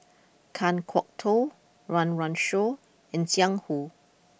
Kan Kwok Toh Run Run Shaw and Jiang Hu